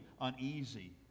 uneasy